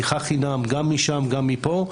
שיחה חינם גם משם וגם מפה.